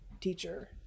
teacher